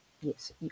yes